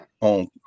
on